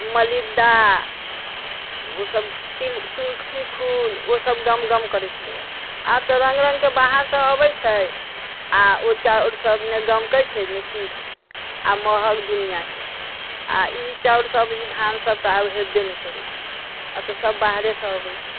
मलिद्दा ओसब तुलसीफ़ुल ओसब गम गम करै छलैया आब तऽ रङ्ग रङ्गके बाहरसँ अबै छै आओर ओ चाउर सब ने गमकै छै ने किछु आओर मऽहग दुनिआँके आओर ई चाउर सब ई धान सब तऽ आब हेबे ने करै छै आब तऽ सब बाहरेसँ अबै छै